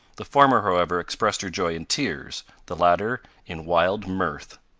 the former, however, expressed her joy in tears the latter, in wild mirth.